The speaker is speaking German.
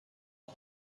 die